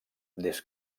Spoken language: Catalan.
des